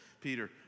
Peter